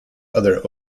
other